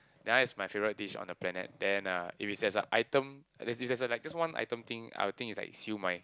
that one is my favourite dish on the planet then uh if it as a item that is that a like just one item thing I will think is like siew-mai